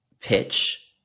pitch